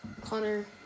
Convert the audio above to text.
Connor